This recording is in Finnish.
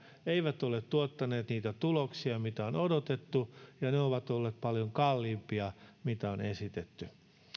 eivät ole tuottaneet niitä tuloksia mitä on odotettu ja ovat olleet paljon kalliimpia kuin mitä on esitetty